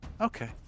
Okay